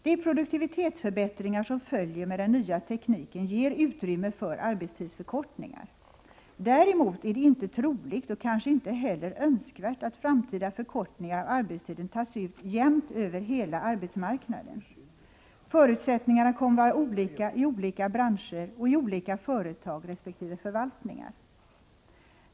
De produktivitetsförbättringar som föjer med den nya tekniken ger utrymme för arbetstidsförkortningar. Däremot är det inte troligt och kanske inte heller önskvärt att framtida förkortningar av arbetstiden tas ut jämnt över hela arbetsmarknaden. Förutsättningarna kommer att vara olika i olika branscher och i olika företag resp. förvaltningar.